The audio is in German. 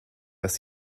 dass